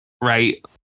right